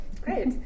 Great